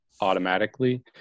automatically